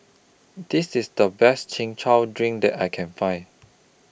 This IS The Best Chin Chow Drink that I Can Find